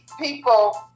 people